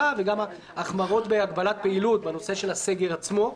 וגם ההחמרות בהגבלת פעילות בנושא של הסגר עצמו.